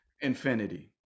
infinity